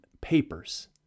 papers